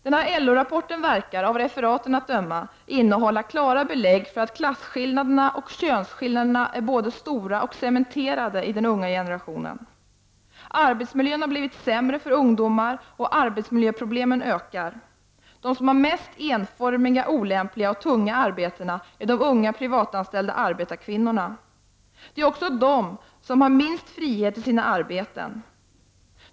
Av referaten att döma förefaller det som att LO-rapporten innehåller klara belägg för att klasskillnaderna och könsskillnaderna är både stora och cementerade i den unga generationen. Arbetsmiljön har blivit sämre för ungdomar och arbetsmiljöproblemen har ökat. De som har de mest enformiga, olämpliga och tunga arbetena är de unga privatanställda arbetarkvinnorna. Det är också de som har minst frihet i sina arbeten.